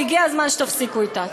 והגיע הזמן שתפסיקו אתה.